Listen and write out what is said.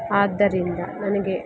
ಆದ್ದರಿಂದ ನನಗೆ